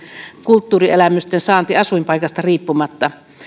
kulttuurielämysten saanti asuinpaikasta riippumatta